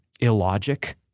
illogic